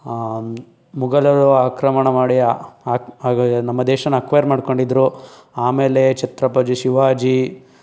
ಮೊಘಲರು ಆಕ್ರಮಣ ಮಾಡಿ ಆಕ್ ನಮ್ಮ ದೇಶನ ಅಕ್ವೈರ್ ಮಾಡ್ಕೊಂಡಿದ್ರು ಆಮೇಲೆ ಛತ್ರಪತಿ ಶಿವಾಜಿ